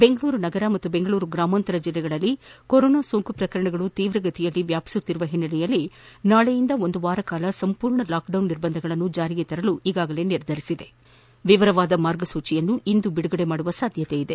ಬೆಂಗಳೂರು ನಗರ ಮತ್ತು ಬೆಂಗಳೂರು ಗ್ರಾಮಾಂತರ ಜಿಲ್ಲೆಗಳಲ್ಲಿ ಸೋಂಕಿನ ಪ್ರಕರಣಗಳು ತೀವ್ರಗತಿಯಲ್ಲಿ ವ್ಯಾಪಿಸುತ್ತಿರುವ ಹಿನ್ನೆಲೆಯಲ್ಲಿ ನಾಳೆಯಿಂದ ಒಂದು ವಾರ ಸಂಪಮೂರ್ಣ ಲಾಕ್ಡೌನ್ ನಿರ್ಬಂಧಗಳನ್ನು ಜಾರಿಗೊಳಿಸಲು ಈಗಾಗಲೇ ನಿರ್ಧರಿಸಿದ್ದು ವಿವರವಾದ ಮಾರ್ಗಸೂಚಿಗಳು ಇಂದು ಬಿಡುಗಡೆ ಮಾಡುವ ಸಾಧ್ಯತೆ ಇದೆ